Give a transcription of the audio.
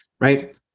Right